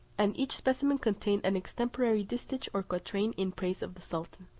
and each specimen contained an extemporary distich or quatrain in praise of the sultan.